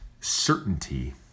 certainty